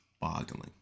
Boggling